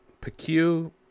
PQ